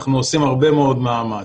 אנחנו עושים הרבה מאוד מאמץ,